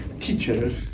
teachers